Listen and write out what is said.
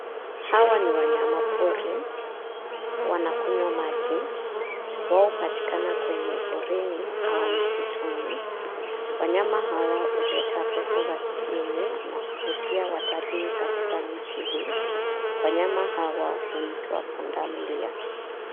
Hawa ni wanyama pori wanakunywa maji. wao hupatikana kwenye porini au msituni. Wanyama hawa huleta pesa za kigeni na kuvutia watalii katika nchi hii. Wanyama hawa huitwa punda milia.